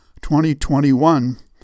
2021